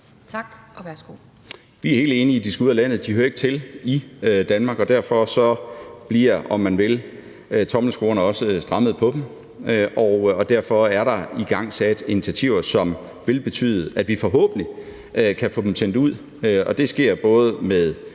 Bødskov (fg.): Vi er helt enige. De skal ud af landet – de hører ikke til i Danmark. Derfor bliver tommelskruerne, om man vil, også strammet på dem, og derfor er der igangsat initiativer, som vil betyde, at vi forhåbentlig kan få dem sendt ud. Og det sker både,